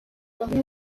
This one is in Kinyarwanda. bamwe